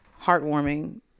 heartwarming